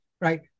right